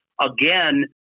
again